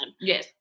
Yes